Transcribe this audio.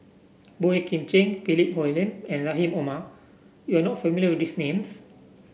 Boey Kim Cheng Philip Hoalim and Rahim Omar you are not familiar with these names